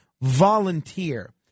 Volunteer